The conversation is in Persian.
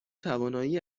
توانایی